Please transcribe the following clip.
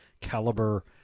caliber